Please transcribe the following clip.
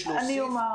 להוסיף,